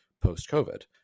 post-COVID